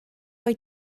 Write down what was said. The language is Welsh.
wyt